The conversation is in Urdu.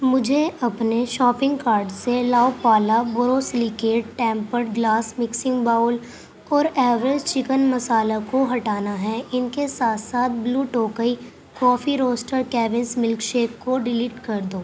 مجھے اپنے شاپنگ کارڈ سے La Opala borosilicate tempered glass mixing bowl اور ایوریسٹ چکن مسالہ کو ہٹانا ہے ان کے ساتھ ساتھ بلیو ٹوکئی کافی روسٹرز کیونز ملک شیک کو ڈیلیٹ کر دو